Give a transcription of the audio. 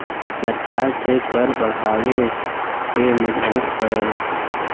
सरकार के कर बढ़ावे पे मजबूर करला